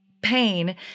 pain